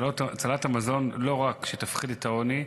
הצלת המזון לא רק שתפחית את העוני,